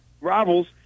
rivals